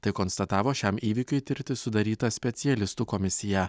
tai konstatavo šiam įvykiui tirti sudaryta specialistų komisija